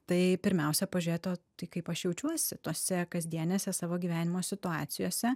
tai pirmiausia pažiūrėt o tai kaip aš jaučiuosi tose kasdienėse savo gyvenimo situacijose